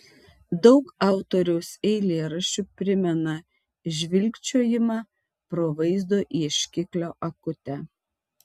daug autoriaus eilėraščių primena žvilgčiojimą pro vaizdo ieškiklio akutę